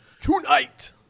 Tonight